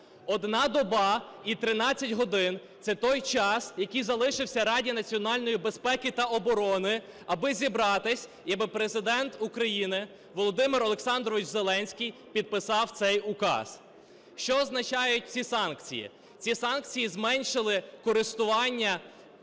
Одна доба і 13 годин – це той час, який залишився Раді національної безпеки та оборони, аби зібратись і Президент України Володимир Олександрович Зеленський підписав цей указ. Що означають ці санкції? Ці санкції зменшили користування